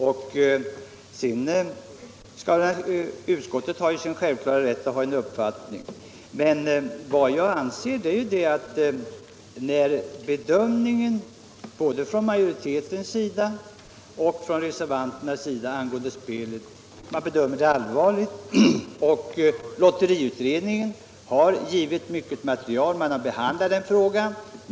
Det är utskottets självklara rätt att ha en uppfattning i frågan, och både från majoritetens sida och från reservanternas sida bedömer man spelet på s.k. banditer allvarligt. Lotteriutredningen, som behandlat den här frågan, har lämnat mycket material.